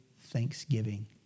thanksgiving